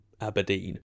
Aberdeen